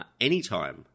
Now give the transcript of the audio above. anytime